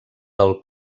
del